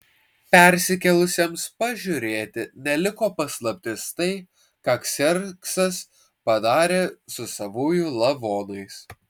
persikėlusiems pažiūrėti neliko paslaptis tai ką kserksas padarė su savųjų lavonais